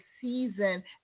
season